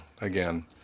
again